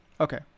Okay